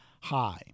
high